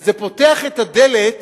זה פותח את הדלת